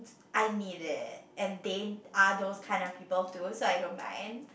I need it and they are those kind of people to so I don't mind